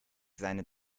seine